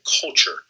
culture